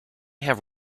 have